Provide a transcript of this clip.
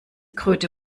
kröte